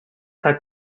had